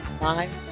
five